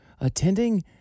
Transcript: attending